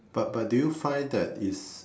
but but do you find that is